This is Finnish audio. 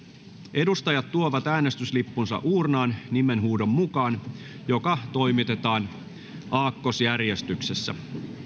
edustajat tuovat äänestyslippunsa uurnaan nimenhuudon mukaan joka toimitetaan aakkosjärjestyksessä